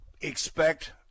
expect